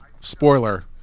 spoiler